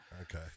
Okay